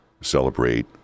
celebrate